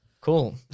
Cool